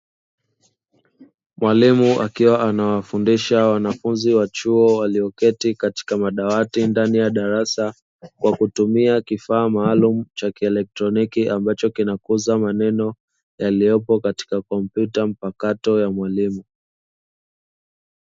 Mwalimu akiwa anawafundisha wanafunziwa chuo walioketi katika madawati ndani ya darasa wakitumia kifaa maalumu cha kielekitroniki ambacho kinakuza maneno yaliyopo katika kompyuta mpakato ya mwalimu.